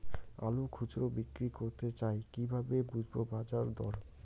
আলু খুচরো বিক্রি করতে চাই কিভাবে বুঝবো বাজার দর?